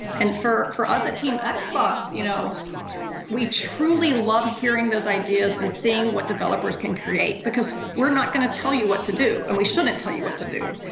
and for for us at team xbox, you know we truly love hearing those ideas and seeing what developers can create. because we're not gonna tell you what to do. and we shouldn't tell you what to do.